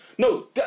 No